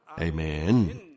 Amen